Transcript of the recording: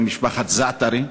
ממשפחת זעתרי.